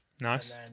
nice